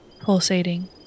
pulsating